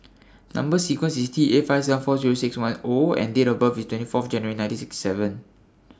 Number sequence IS T eight five seven four Zero six one O and Date of birth IS twenty four January nineteen sixty seven